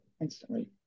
instantly